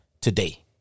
today